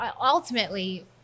ultimately